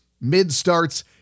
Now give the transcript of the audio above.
mid-starts